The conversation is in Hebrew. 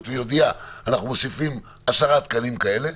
ויודיע: אנחנו מוסיפים עשרה תקנים כאלה,